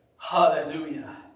hallelujah